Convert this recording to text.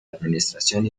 administración